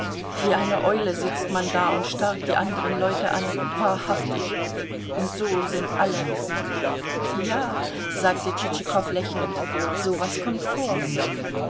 wie eine eule sitzt man da und starrt die anderen leute an wahrhaftig und so sind alle ja sagte tschitschikow lächelnd so was kommt vor